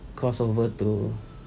crossover to